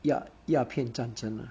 ya 鸦片战争